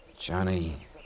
Johnny